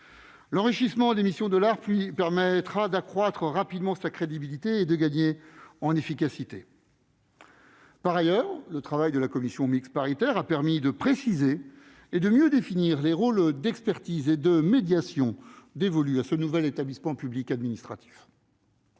L'enrichissement de ses missions permettra à l'ARPE d'accroître rapidement sa crédibilité et de gagner en efficacité. Par ailleurs, le travail de la commission mixte paritaire a permis de préciser et de mieux définir les rôles d'expertise et de médiation dévolus à ce nouvel établissement public administratif,